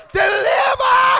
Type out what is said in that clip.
deliver